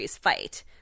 fight